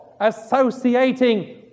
associating